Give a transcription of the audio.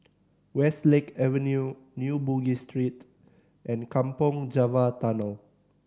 Westlake Avenue New Bugis Street and Kampong Java Tunnel